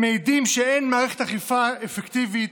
הם מעידים שאין מערכת אכיפה אפקטיבית,